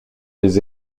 les